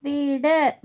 വീട്